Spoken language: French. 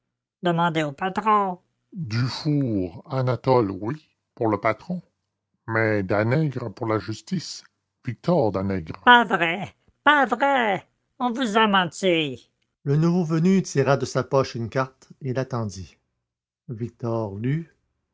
demandez au patron dufour anatole oui pour le patron mais danègre pour la justice victor danègre pas vrai pas vrai on vous a menti le nouveau venu tira de sa poche une carte et la tendit victor